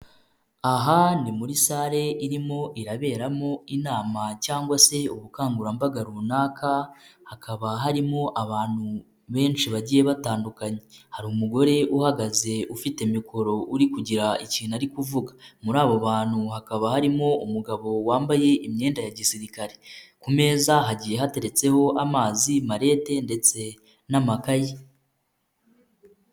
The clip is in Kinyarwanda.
Aha ni muri sare irimo iraberamo inama cyangwa se ubukangurambaga runaka hakaba harimo abantu benshi bagiye batandukanye, hari umugore uhagaze ufite mikoro uri kugira ikintu ari kuvuga, muri abo bantu hakaba harimo umugabo wambaye imyenda ya Gisirikare, ku meza hagiye hateretseho amazi, marete ndetse n'amakayi.